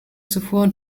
zuvor